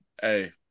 Hey